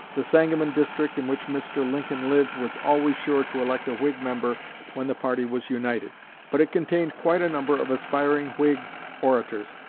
the sangamon district, in which mr. lincoln lived, was always sure to elect a whig member when the party was united but it contained quite a number of aspiring whig orators,